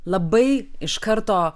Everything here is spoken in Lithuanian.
labai iš karto